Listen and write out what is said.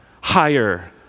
higher